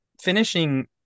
finishing